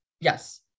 Yes